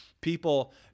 People